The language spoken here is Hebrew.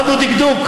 למדנו דקדוק